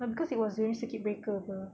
no cause it was during circuit breaker apa